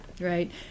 right